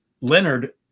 Leonard